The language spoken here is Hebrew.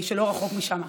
לא רחוק משם.